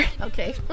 Okay